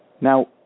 Now